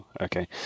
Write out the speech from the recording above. Okay